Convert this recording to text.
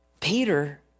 Peter